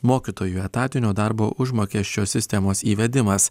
mokytojų etatinio darbo užmokesčio sistemos įvedimas